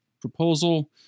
proposal